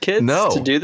No